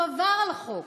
והוא עבר על החוק.